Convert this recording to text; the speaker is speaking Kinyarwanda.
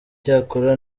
icyakora